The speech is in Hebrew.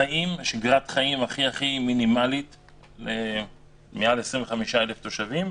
שגרת חיים מינימלית של מעל 25,00 תושבים,